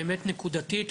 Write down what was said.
באמת נקודתית,